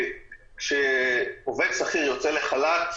כשעובד שכיר יוצא לחל"ת,